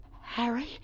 Harry